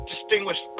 distinguished